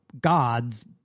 gods